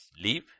leave